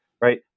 right